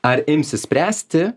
ar imsis spręsti